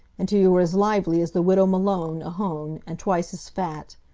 until you are as lively as the widow malone, ohone, and twice as fat.